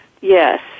Yes